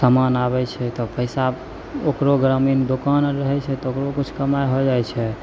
समान आबै छै तऽ पइसा ओकरो ग्रामीण दोकान आओर रहै छै तऽ ओकरो किछु कमाइ होइ जाइ छै